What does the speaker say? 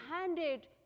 handed